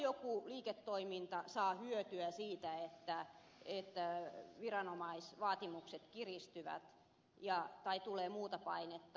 aina joku liiketoiminta saa hyötyä siitä että viranomaisvaatimukset kiristyvät tai tulee muuta painetta